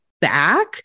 back